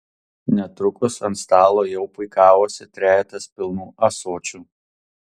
netrukus ant stalo jau puikavosi trejetas pilnų ąsočių